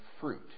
fruit